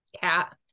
cat